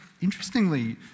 Interestingly